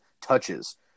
touches